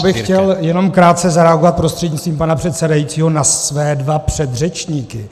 Já bych chtěl jenom krátce zareagovat prostřednictvím pana předsedajícího na své dva předřečníky.